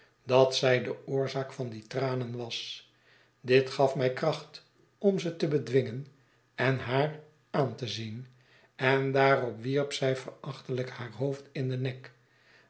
dat zij de oorzaak van die tranen was bit gaf my kracht om ze te bedwingen en haar aan te zien en daarop wierp zij verachteiijk haar hoofd in den nek